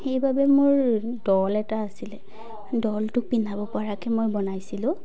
সেইবাবে মোৰ ডল এটা আছিলে ডলটোক পিন্ধাব পৰাকৈ মই বনাইছিলোঁ